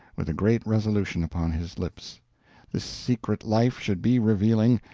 with a great resolution upon his lips this secret life should be revealed,